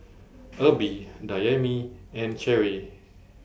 Erby Dayami and Cheri